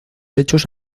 hechos